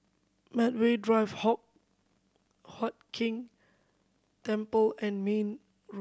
Medway Drive Hock Huat Keng Temple and Mayne Road